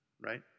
right